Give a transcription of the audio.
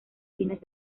fines